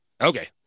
Okay